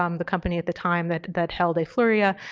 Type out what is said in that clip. um the company at the time that that held afluria,